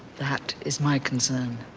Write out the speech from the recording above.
that is my concern.